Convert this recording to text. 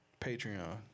patreon